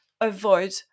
avoid